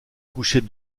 couchait